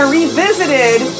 revisited